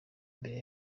mbere